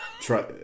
try